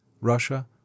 Russia